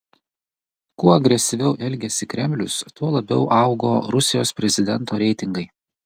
kuo agresyviau elgėsi kremlius tuo labiau augo rusijos prezidento reitingai